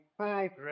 five